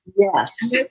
Yes